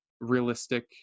realistic